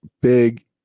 big